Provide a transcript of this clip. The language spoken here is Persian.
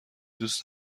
دوست